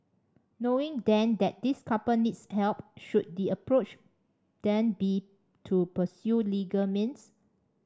knowing then that this couple needs help should the approach then be to pursue legal means